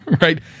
right